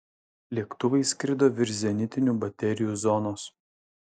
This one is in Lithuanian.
lėktuvai skrido virš zenitinių baterijų zonos